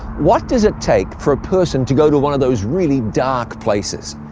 what does it take for a person to go to one of those really dark places?